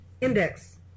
index